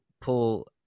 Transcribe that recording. pull